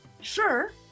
sure